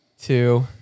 two